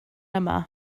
yma